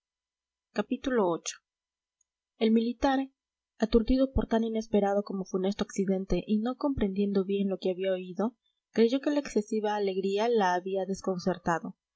el militar aturdido por tan inesperado como funesto accidente y no comprendiendo bien lo que había oído creyó que la excesiva alegría la había desconcertado